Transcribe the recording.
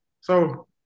So-